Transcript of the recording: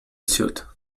suite